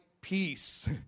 peace